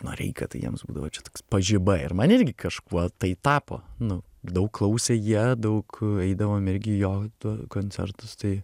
noreika tai jiems būdavo čia toks pažiba ir man irgi kažkuo tai tapo nu daug klausė jie daug eidavom irgi į jo koncertus tai